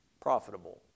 profitable